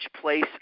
place